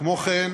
כמו כן,